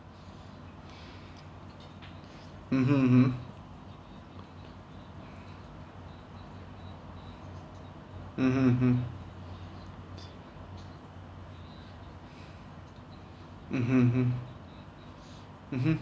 mmhmm mmhmm mmhmm mmhmm mmhmm mmhmm mmhmm